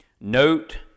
Note